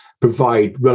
provide